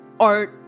Art